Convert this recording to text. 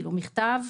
מכתב,